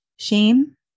Shame